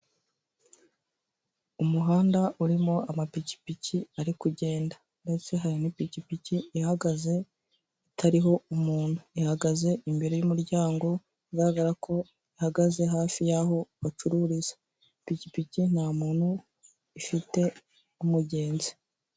Umuhanda urimo amapikipiki ari kugenda, ndetse hari n'ipikipiki ihagaze itariho umuntu ihagaze imbere y'umuryango, bigaragara ko ihagaze hafi yaho bacururiza, ipikipiki nta muntu ifite w'umugenzi.